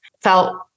felt